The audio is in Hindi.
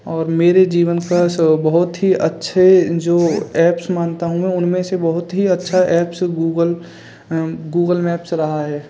और मेरे जीवन से बहुत ही अच्छे जो एप्स मानता हूँ उनमें से बहुत ही अच्छा एप्स गूगल गूगल मैप्स रहा है